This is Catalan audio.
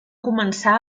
començar